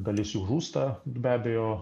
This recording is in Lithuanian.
dalis jų žūsta be abejo